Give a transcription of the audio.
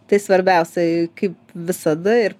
tai svarbiausia kaip visada ir